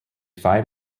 five